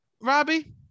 Robbie